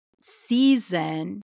season